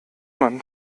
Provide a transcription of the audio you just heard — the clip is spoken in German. man